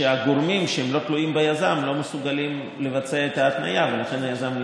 שהגורמים שלא תלויים ביזם לא מסוגלים לבצע את ההתניה ולכן היזם נתקע.